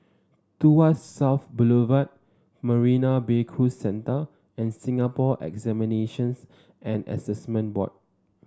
Tuas South Boulevard Marina Bay Cruise Centre and Singapore Examinations and Assessment Board